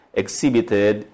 exhibited